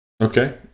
Okay